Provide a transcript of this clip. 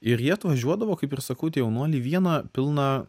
ir jie atvažiuodavo kaip ir sakau tie jaunuoliai vieną pilną